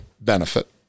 benefit